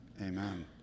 Amen